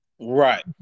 Right